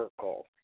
circle